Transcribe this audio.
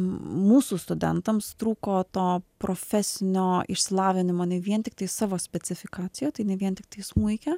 mūsų studentams trūko to profesinio išsilavinimo ne vien tiktai savo specifikaciją tai ne vien tiktai smuike